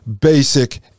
basic